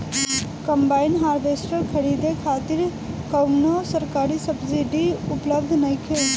Combine harvester खरीदे खातिर कउनो सरकारी सब्सीडी उपलब्ध नइखे?